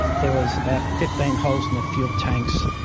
there was about fifteen holes in the fuel tanks,